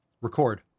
Record